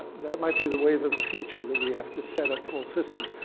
that might be the wave of the future, that we have to set up full systems.